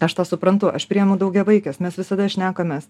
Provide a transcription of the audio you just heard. aš tą suprantu aš priimu daugiavaikes mes visada šnekamės